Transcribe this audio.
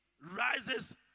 rises